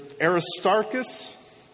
Aristarchus